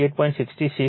66o છે